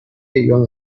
ایران